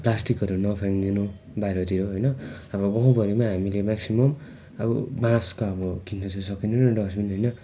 प्लास्टिकहरू नफ्याँकिदिनु बाहिरतिर होइन अब गाउँ भरिमा हामीले मेक्सिमम् अब बाँसको अब किन्न चाहिँ सकिँदैन डस्टबिन होइन